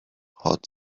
hot